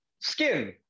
Skin